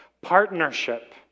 partnership